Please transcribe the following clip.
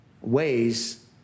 ways